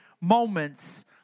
moments